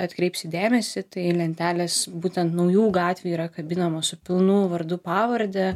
atkreipsit dėmesį tai lentelės būtent naujų gatvių yra kabinamos su pilnu vardu pavarde